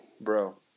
Bro